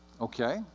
okay